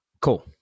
Cool